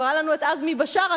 כבר היה לנו עזמי בשארה,